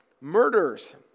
murders